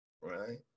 right